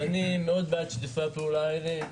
אני מאוד בעד שיתופי הפעולה האלו,